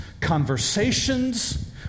conversations